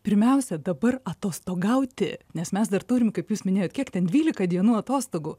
pirmiausia dabar atostogauti nes mes dar turim kaip jis minėjot kiek ten dvylika dienų atostogų